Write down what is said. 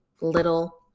little